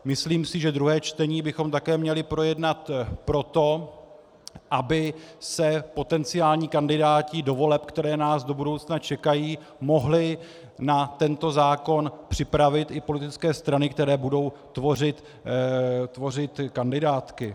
Myslím si, že druhé čtení bychom také měli projednat proto, aby se potenciální kandidáti do voleb, které nás do budoucna čekají, mohli na tento zákon připravit, i politické strany, které budou tvořit kandidátky.